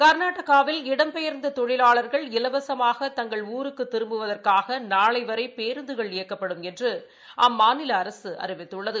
கர்நாடகாவில் இடம்பெயர்ந்ததொழிலாளர்கள் இலவசமாக தங்கள் ஊர்களுக்குதிரும்புவதற்காகநாளைவரைபேருந்துகள் இயக்கப்படும் அம்மாநிலஅரசுஅறிவித்துள்ளது